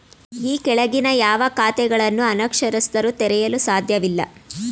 ಈ ಕೆಳಗಿನ ಯಾವ ಖಾತೆಗಳನ್ನು ಅನಕ್ಷರಸ್ಥರು ತೆರೆಯಲು ಸಾಧ್ಯವಿಲ್ಲ?